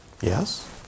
Yes